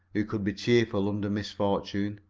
who could be cheerful under misfortune.